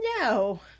no